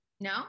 No